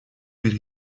bir